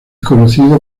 conocido